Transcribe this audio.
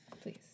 Please